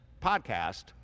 podcast